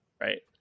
Right